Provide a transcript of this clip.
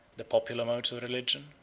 the popular modes of religion,